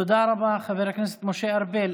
תודה רבה, חבר הכנסת משה ארבל.